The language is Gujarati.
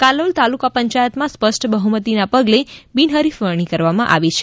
કાલોલ તાલુકા પંચાયતમાં સ્પષ્ટ બહ્મતિ ના પગલે બિનહરીફ વરણી કરવામાં આવી છે